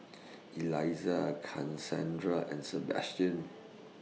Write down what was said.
Elisa Kassandra and Sebastian